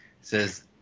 says